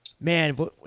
Man